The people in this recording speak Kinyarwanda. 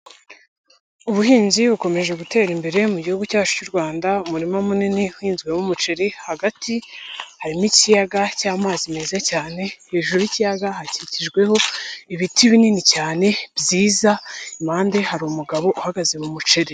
Ubuhinzi bukomeje gutera imbere mu Gihugu cyacu cy'u Rwanda, umurima munini uhinzwemo umuceri hagati harimo ikiyaga cy'amazi meza cyane, hejuru y'ikiyaga hakikijweho ibiti binini cyane byiza, impande hari umugabo uhagaze mu muceri.